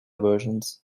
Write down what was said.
versions